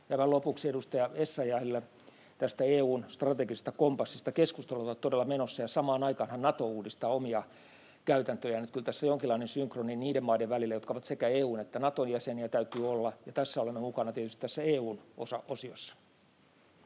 lopuksi edustaja Essayahille tästä EU:n strategisesta kompassista: Keskustelut ovat todella menossa, ja samaan aikaanhan Nato uudistaa omia käytäntöjään. Kyllä tässä jonkinlainen synkronia niiden maiden välillä, jotka ovat sekä EU:n että Naton jäseniä, täytyy olla, ja tässä olemme mukana tietysti EU:n osiossa.